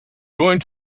going